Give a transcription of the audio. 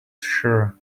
sure